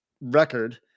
record